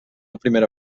primera